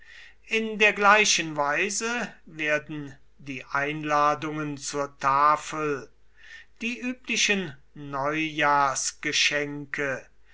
in der gleichen weise werden die einladungen zur tafel die üblichen